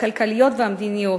הכלכליות והמדיניות,